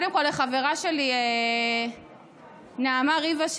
קודם כול לחברה שלי נעמה ריבה,